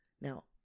Now